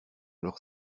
leurs